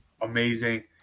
amazing